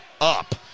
up